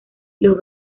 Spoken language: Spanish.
los